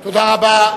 תודה רבה.